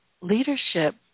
leadership